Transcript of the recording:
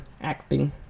acting